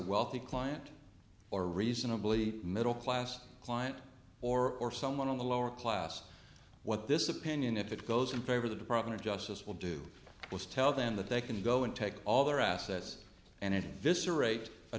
wealthy client or reasonably middle class client or or someone in the lower class what this opinion if it goes in favor the department of justice will do was tell them that they can go and take all their assets and i